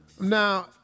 Now